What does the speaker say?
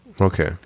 Okay